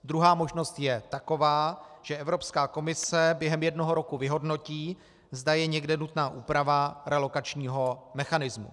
Druhá možnost je taková, že Evropská komise během jednoho roku vyhodnotí, zda je někde nutná úprava relokačního mechanismu.